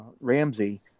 Ramsey